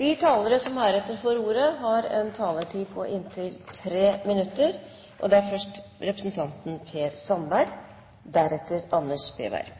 De talere som heretter får ordet, har en taletid på inntil 3 minutter. Jeg tror den saken vi behandler i dag, bare er en del av flere og